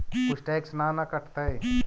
कुछ टैक्स ना न कटतइ?